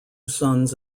sons